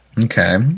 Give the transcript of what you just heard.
Okay